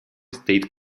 state